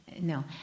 no